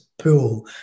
pool